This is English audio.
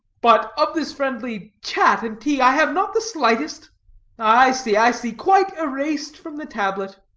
but, of this friendly chat and tea, i have not the slightest i see, i see quite erased from the tablet.